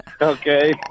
Okay